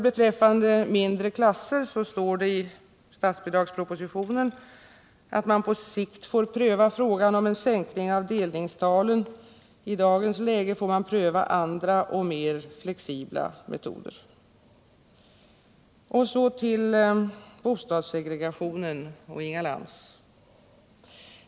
Beträffande mindre klasser står det i statsbidragspropositionen att man på sikt får pröva frågan om en sänkning av delningstalen. I dagens läge får man pröva andra och mer flexibla metoder. Sedan till bostadssegregationen och Inga Lantz.